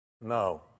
No